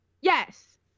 Yes